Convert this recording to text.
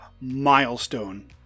Milestone